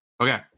Okay